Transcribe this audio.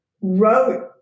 wrote